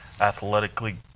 athletically